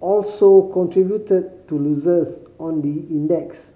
also contributed to losses on the index